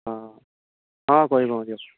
অঁ অঁ কৰিম অঁ দিয়ক